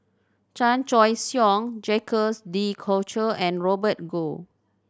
Chan Choy Siong Jacques De Coutre and Robert Goh